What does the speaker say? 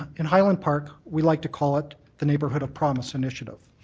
in highland park, we like to call it the neighbourhood of promise initiative.